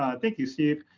ah thank you, steve.